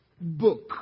book